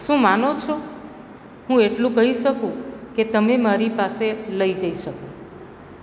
શું માનો છો હું એટલું કહી શકું કે તમે મારી પાસે લઈ જઈ શકો